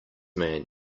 man